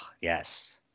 yes